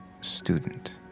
student